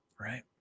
right